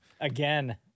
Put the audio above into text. Again